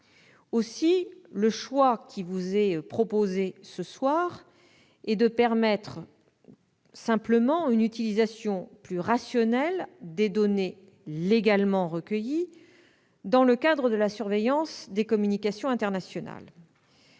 messieurs les sénateurs, de permettre simplement une utilisation plus rationnelle des données légalement recueillies dans le cadre de la surveillance des communications internationale.